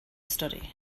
study